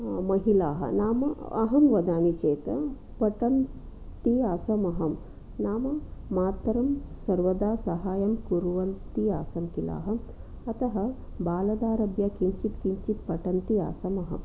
महिलाः नाम अहं वदामि चेत् पठन्ती आसम् अहं नाम मातरं सर्वदा सहाय्यं कुर्वती आसम् खिल अहम् अतः बाल्यादारभ्य किञ्चित् किञ्चित् पठन्ती आसम् अहम्